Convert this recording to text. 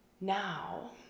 now